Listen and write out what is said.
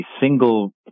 single